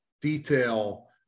detail